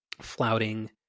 flouting